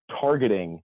targeting